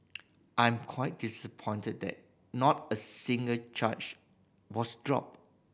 I'm quite disappointed that not a single charge was dropped